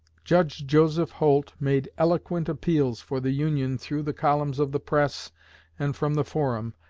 judge joseph holt made eloquent appeals for the union through the columns of the press and from the forum,